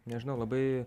nežinau labai